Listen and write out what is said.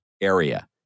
area